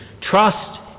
Trust